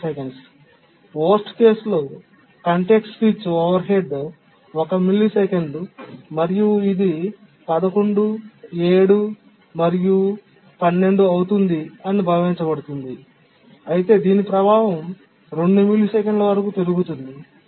చెత్త సందర్భంలో context switch overhead 1 మిల్లీసెకన్లు మరియు ఇది 11 7 మరియు 12 అవుతుంది అని భావించబడుతుంది అయితే దీని ప్రభావం 2 మిల్లీసెకన్ల వరకు పెరుగుతుంది